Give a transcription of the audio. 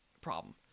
problem